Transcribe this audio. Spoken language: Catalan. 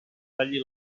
talli